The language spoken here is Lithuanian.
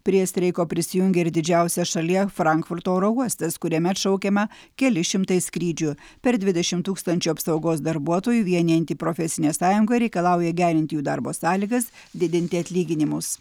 prie streiko prisijungė ir didžiausias šalyje frankfurto oro uostas kuriame atšaukiama keli šimtai skrydžių per dvidešim tūkstančių apsaugos darbuotojų vienijanti profesinė sąjunga reikalauja gerinti jų darbo sąlygas didinti atlyginimus